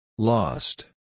Lost